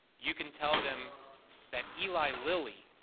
you can tell them that eli lily,